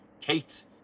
Kate